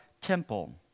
temple